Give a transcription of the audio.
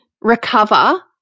recover